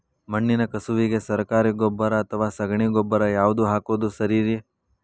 ಮಣ್ಣಿನ ಕಸುವಿಗೆ ಸರಕಾರಿ ಗೊಬ್ಬರ ಅಥವಾ ಸಗಣಿ ಗೊಬ್ಬರ ಯಾವ್ದು ಹಾಕೋದು ಸರೇರಿ?